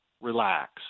relax